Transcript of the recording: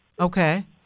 Okay